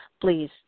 please